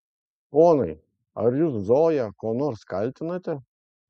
ponai ar jūs zoją kuo nors kaltinate